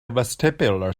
vestibular